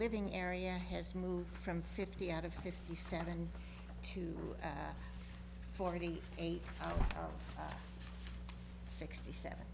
living area has moved from fifty out of fifty seven to forty eight sixty seven